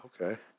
okay